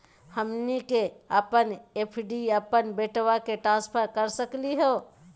हमनी के अपन एफ.डी अपन बेटवा क ट्रांसफर कर सकली हो?